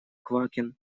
квакин